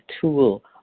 tool